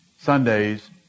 Sundays